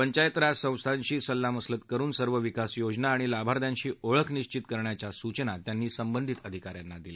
पंचायती राज संस्थांशी सल्लामसलत करुन सर्व विकास योजना आणि लाभार्थ्यांशी ओळख निश्चित करण्याच्या सूचना त्यांनी संबंधित अधिका यांना दिल्या